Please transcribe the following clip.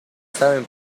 saben